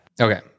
Okay